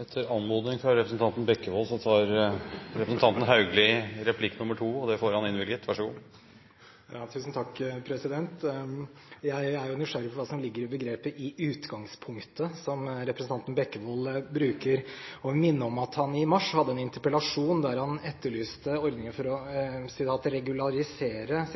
Etter anmodning fra representanten Bekkevold tar representanten Haugli replikk nummer to. – Det får han innvilget. Jeg er nysgjerrig på hva som ligger i begrepet «i utgangspunktet», som representanten Bekkevold bruker. Jeg vil minne om at han i mars hadde en interpellasjon der han etterlyste ordninger for å «regularisere»